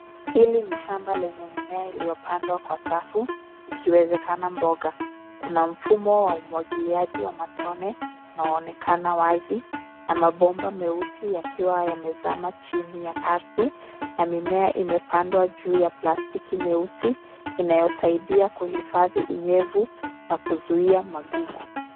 Hili ni shamaba lenye mimea iliyopandwa kwa safu, ikiwezekana mboga. Kuna mfumo wa umwagiliaji wa matone unaoonekana wazi na mabomba meusi yakiwa yamezama chini ya ardhi na mimea imepandwa juu ya plastiki nyeusi inayosaidia kuhifadhi unyevu na kuzuia magugu.